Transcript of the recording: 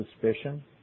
Suspicion